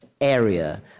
area